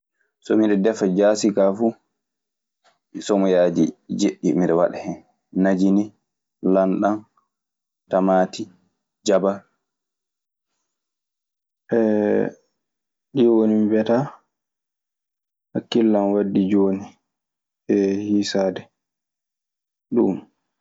So miɗo defa ka fu somoyaji jeɗɗi miɗo wada hen, najini, landam, tamati, jaba. ɗi woni ɗi mbiyata hakkille am addi jooni e hiisaade ɗum.